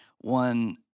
one